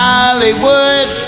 Hollywood